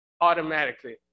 automatically